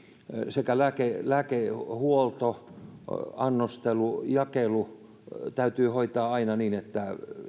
sekä lääkehuolto lääkehuolto annostelu että jakelu täytyy hoitaa aina niin että